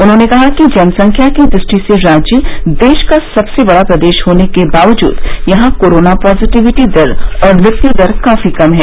उन्होंने कहा कि जनसंख्या की दृष्टि से राज्य देश का सबसे बड़ा प्रदेश होने के बावजूद यहां कोरोना पॉजिटिविटी दर और मृत्युदर काफी कम है